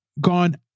gone